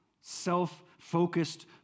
self-focused